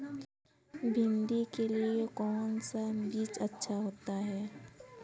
भिंडी के लिए कौन सा बीज अच्छा होता है?